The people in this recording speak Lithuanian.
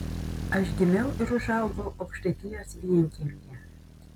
aš gimiau ir užaugau aukštaitijos vienkiemyje